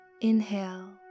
Inhale